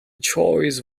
choice